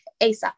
ASAP